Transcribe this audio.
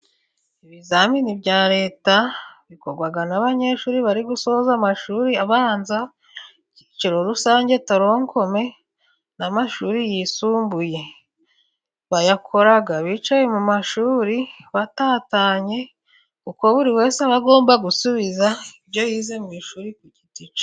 Ibizamini bya Leta bikorwa n'abanyeshuri bari gusoza amashuri abanza, icyiciro rusange toronkome, n'amashuri yisumbuye, babikora bicaye mu mashuri batatanye, kuko buri wese aba agomba gusubiza ibyo yize mu ishuri muri icyo cyiciro.